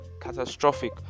catastrophic